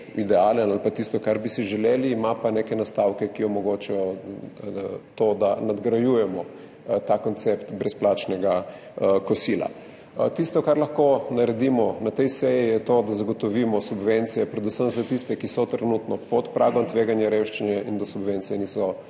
idealen ali pa tisto, kar bi si želeli, ima pa neke nastavke, ki omogočajo to, da nadgrajujemo ta koncept brezplačnega kosila. Tisto, kar lahko naredimo na tej seji, je to, da zagotovimo subvencije predvsem za tiste, ki so trenutno pod pragom tveganja revščine in do subvencije niso